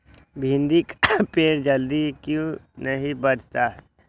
भिंडी का पेड़ जल्दी क्यों नहीं बढ़ता हैं?